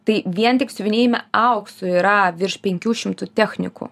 tai vien tik siuvinėjime auksu yra virš penkių šimtų technikų